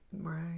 Right